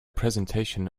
presentation